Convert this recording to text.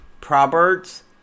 Proverbs